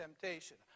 temptation